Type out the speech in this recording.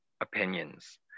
opinions